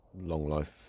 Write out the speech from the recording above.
Long-life